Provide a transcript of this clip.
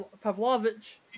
Pavlovich